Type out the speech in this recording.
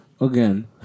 again